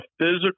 physical